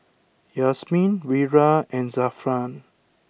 Yasmin Wira and Zafran